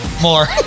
more